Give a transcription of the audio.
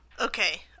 okay